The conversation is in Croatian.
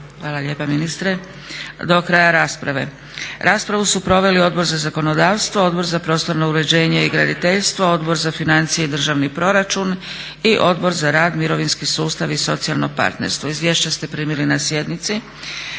mogu podnositi, do kraja rasprave. Raspravu su proveli Odbor za zakonodavstvo, Odbor za prostorno uređenje i graditeljstvo, Odbor za financije i državni proračun i Odbor za rad, mirovinski sustav i socijalno partnerstvo. Izvješća ste primili na sjednici.